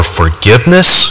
forgiveness